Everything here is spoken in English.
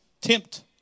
tempt